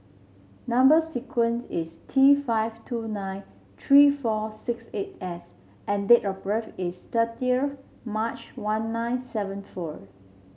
number sequence is T five two nine three four six eight S and date of birth is thirtieth March one nine seven four